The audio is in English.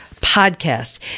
Podcast